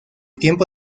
tiempo